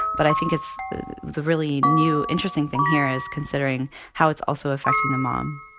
but i think it's the really new, interesting thing here is considering how it's also affecting the mom